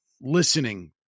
listening